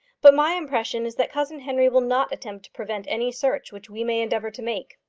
but my impression is that cousin henry will not attempt to prevent any search which we may endeavour to make.